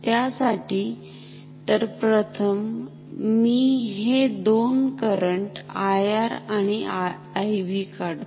त्यासाठी तर प्रथम मी हे दोन करंट IR आणि IB काढतो